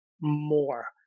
more